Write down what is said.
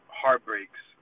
heartbreaks